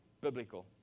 biblical